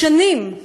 שנים,